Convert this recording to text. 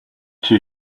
too